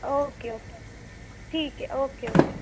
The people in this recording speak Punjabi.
ਓਕੇ ਓਕੇ ਠੀਕ ਹੈ ਓਕੇ ਓਕੇ